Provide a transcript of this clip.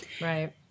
Right